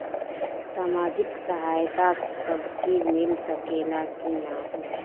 सामाजिक सहायता सबके मिल सकेला की नाहीं?